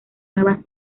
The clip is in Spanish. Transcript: nuevas